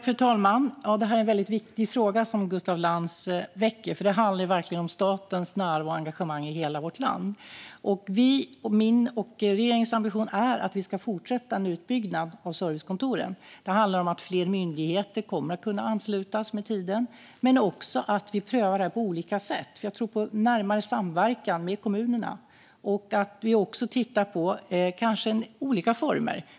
Fru talman! Gustaf Lantz väcker en väldigt viktig fråga. Det handlar verkligen om statens närvaro och engagemang i hela vårt land. Min och regeringens ambition är att vi ska fortsätta med utbyggnaden av servicekontor. Fler myndigheter kommer att kunna ansluta sig med tiden. Vi provar dessutom det här på olika sätt. Jag tror på närmare samverkan med kommunerna. Vi måste också titta på olika former.